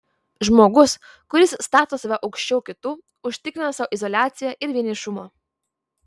žmogus kuris stato save aukščiau kitų užtikrina sau izoliaciją ir vienišumą